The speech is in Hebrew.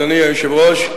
אדוני היושב-ראש,